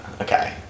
okay